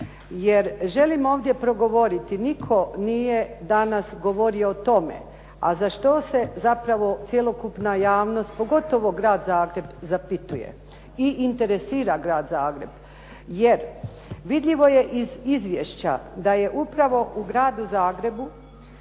Jer želim ovdje progovoriti nitko nije danas govorio o tome, a za što se zapravo cjelokupna javnost, pogotovo grad Zagreb zapituje i interesira grad Zagreb. Jer vidljivo je iz izvješća da je upravo u gradu Zagrebu